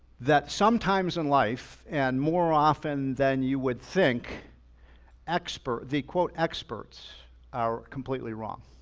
that sometimes in life and more often than you would think expert, the quote experts are completely wrong,